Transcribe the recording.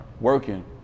Working